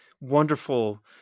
wonderful